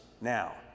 now